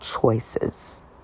choices